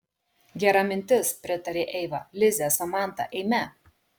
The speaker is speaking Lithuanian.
gera mintis pritarė eiva lize samanta eime